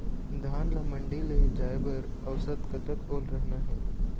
धान ला मंडी ले जाय बर औसत कतक ओल रहना हे?